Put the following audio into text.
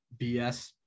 bs